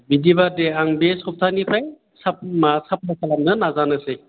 बिदिबा दे आं बे सप्तानिफ्राय साफ मा साफ्लाय खालामनो नाजानोसै